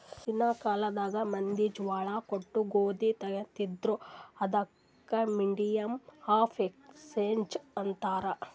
ಹಿಂದಿನ್ ಕಾಲ್ನಾಗ್ ಮಂದಿ ಜ್ವಾಳಾ ಕೊಟ್ಟು ಗೋದಿ ತೊಗೋತಿದ್ರು, ಅದಕ್ ಮೀಡಿಯಮ್ ಆಫ್ ಎಕ್ಸ್ಚೇಂಜ್ ಅಂತಾರ್